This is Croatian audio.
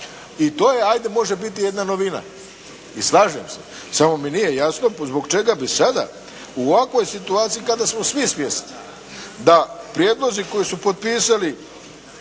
i to je ajde može biti jedna novina. I slažem se. Samo mi nije jasno zbog čega bi sada u ovakvoj situaciji kada smo svi svjesni da prijedlozi koje su potpisali